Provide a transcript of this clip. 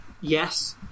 Yes